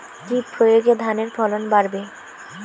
কি প্রয়গে ধানের ফলন বাড়বে?